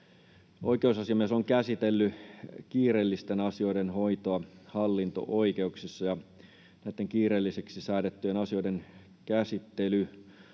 Oikeusasiamies on käsitellyt kiireellisten asioiden hoitoa hallinto-oikeuksissa. Näitten kiireellisiksi säädettyjen asioiden käsittely